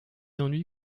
ennuis